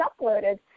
uploaded